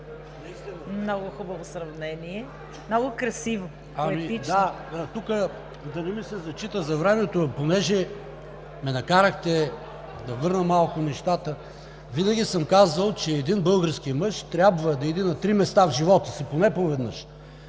Много хубаво сравнение, много красиво, поетично. ПАВЕЛ ШОПОВ: Да не ми се зачита от времето, но ме накарахте да върна малко нещата. Винаги съм казвал, че един български мъж трябва да иде на три места в живота си поне по веднъж: